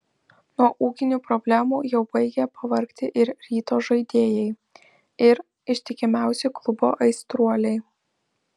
nuo ūkinių problemų jau baigia pavargti ir ryto žaidėjai ir ištikimiausi klubo aistruoliai